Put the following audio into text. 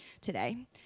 today